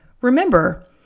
Remember